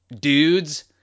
dudes